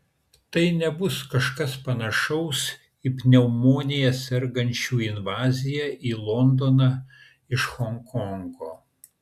tai nebus kažkas panašaus į pneumonija sergančių invaziją į londoną iš honkongo